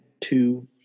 two